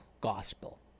gospel